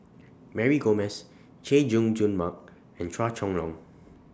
Mary Gomes Chay Jung Jun Mark and Chua Chong Long